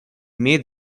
may